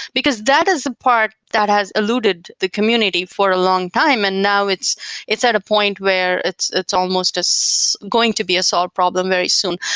because that is a part that has alluded the community for a long time and now it's it's at a point where it's it's almost just going to be a solved problem very soon.